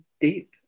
deep